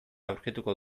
aurkituko